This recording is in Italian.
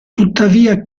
tuttavia